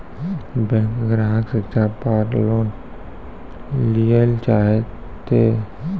Bank ग्राहक शिक्षा पार लोन लियेल चाहे ते?